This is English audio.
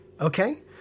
okay